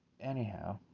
Anyhow